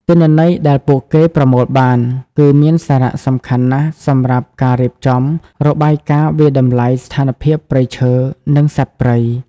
ទិន្នន័យដែលពួកគេប្រមូលបាន គឺមានសារៈសំខាន់ណាស់សម្រាប់ការរៀបចំ របាយការណ៍វាយតម្លៃស្ថានភាពព្រៃឈើ និងសត្វព្រៃ។